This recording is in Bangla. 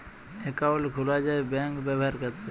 একাউল্ট খুলা যায় ব্যাংক ব্যাভার ক্যরতে